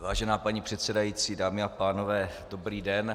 Vážená paní předsedající, dámy a pánové, dobrý den.